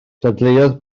dadleuodd